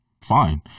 Fine